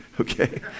okay